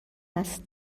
است